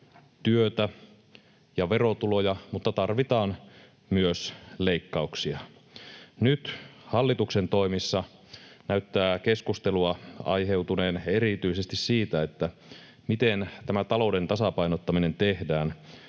työtä ja verotuloja, mutta tarvitaan myös leikkauksia. Nyt hallituksen toimissa näyttää keskustelua aiheutuneen erityisesti siitä, miten tämä talouden tasapainottaminen tehdään